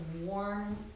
warm